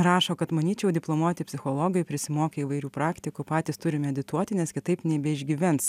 rašo kad manyčiau diplomuoti psichologai prisimokę įvairių praktikų patys turi medituoti nes kitaip nebeišgyvens